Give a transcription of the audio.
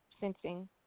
sensing